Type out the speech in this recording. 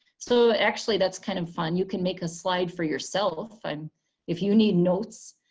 so actually that's kind of fun. you can make a slide for yourself. and if you need notes,